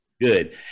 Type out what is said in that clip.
Good